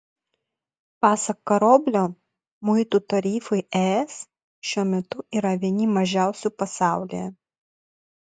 pasak karoblio muitų tarifai es šiuo metu yra vieni mažiausių pasaulyje